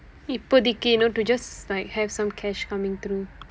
இப்போதைக்கு:ippoothaikku you know to just like have some cash coming through